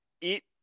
eat